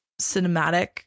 cinematic